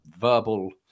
verbal